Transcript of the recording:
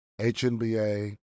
HNBA